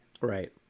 right